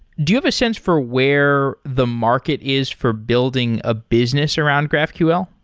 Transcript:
do you have a sense for where the market is for building a business around graphql?